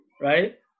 right